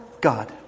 God